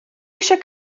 eisiau